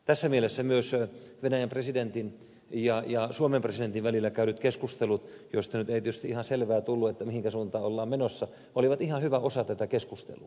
tässä mielessä myös venäjän presidentin ja suomen presidentin välillä käydyt keskustelut joista nyt ei tietysti ihan selvää tullut mihinkä suuntaan ollaan menossa olivat ihan hyvä osa tätä keskustelua